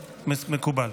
מקובל.